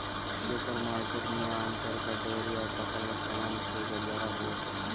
supermarket में आमतौर पर डेयरी और पकल सामान के गलियारा होबो हइ